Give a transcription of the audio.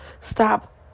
Stop